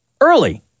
early